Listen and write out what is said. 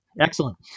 Excellent